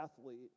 athlete